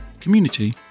community